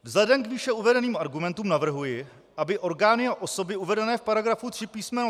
Vzhledem k výše uvedeným argumentům navrhuji, aby orgány a osoby uvedené v § 3 písm.